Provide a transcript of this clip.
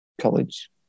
college